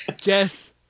Jess